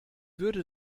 würde